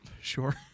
Sure